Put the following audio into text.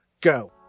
Go